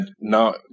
now